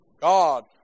God